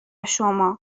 شما